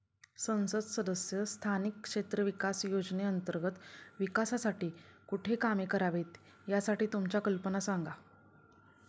संसद सदस्य स्थानिक क्षेत्र विकास योजने अंतर्गत विकासासाठी कुठली कामे करावीत, यासाठी तुमच्या कल्पना सांगा